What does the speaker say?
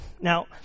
Now